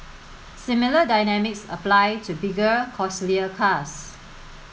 similar dynamics apply to bigger costlier cars